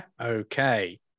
okay